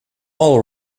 all